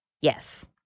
Yes